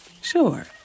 Sure